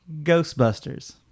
Ghostbusters